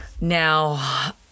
Now